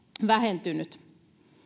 vähentynyt